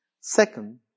second